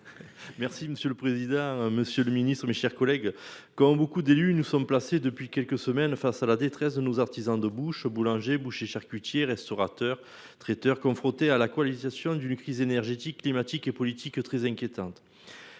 Merci monsieur le président, Monsieur le Ministre, mes chers collègues. Comme beaucoup d'élus, nous sommes placés depuis quelques semaines face à la détresse de nos artisans de bouche, boulangers, bouchers, charcutiers, restaurateurs, traiteurs, confronté à la coalition d'une crise énergétique climatique et politique très inquiétante.